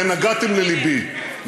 אז נגעתם ללבי.